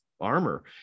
armor